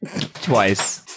twice